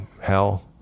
hell